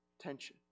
tension